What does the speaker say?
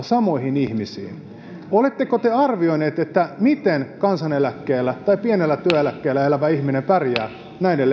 samoihin ihmisiin niin oletteko te arvioineet miten kansaneläkkeellä tai pienellä työeläkkeellä elävä ihminen pärjää näiden